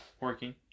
Working